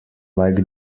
like